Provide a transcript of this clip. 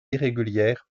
irrégulières